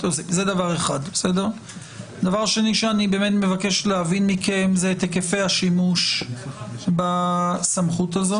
אני מבקש להבין מכם את היקפי השימוש בסמכות הזאת.